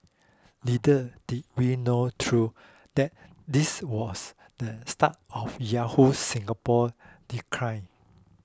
little did we know though that this was the start of Yahoo Singapore decline